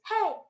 hey